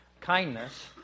kindness